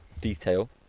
detail